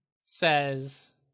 says